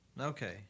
Okay